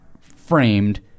framed